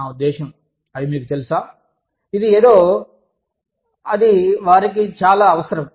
నా ఉద్దేశ్యం అవి మీకు తెలుసా ఇది ఏదో అది వారికి చాలా అవసరం